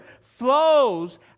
flows